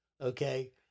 okay